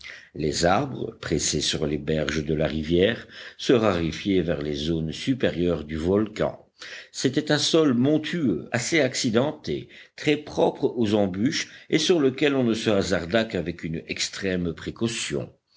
les arbres pressés sur les berges de la rivière se raréfiaient vers les zones supérieures du volcan c'était un sol montueux assez accidenté très propre aux embûches et sur lequel on ne se hasarda qu'avec une extrême précaution